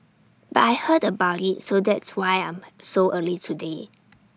but I heard about IT so that's why I'm so early today